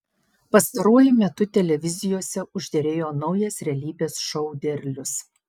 pastaruoju metu televizijose užderėjo naujas realybės šou derlius